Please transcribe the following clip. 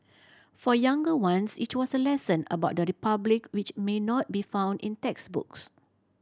for younger ones it was a lesson about the Republic which may not be found in textbooks